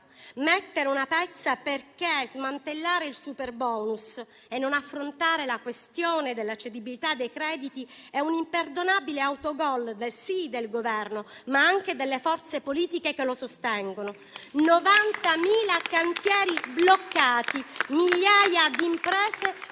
metterci una pezza, perché smantellare il superbonus e non affrontare la questione della cedibilità dei crediti è un imperdonabile autogol, sì, del Governo, ma anche delle forze politiche che lo sostengono. 90.000 cantieri bloccati e migliaia di imprese sull'orlo